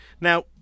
Now